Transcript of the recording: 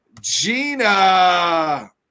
Gina